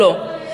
לא,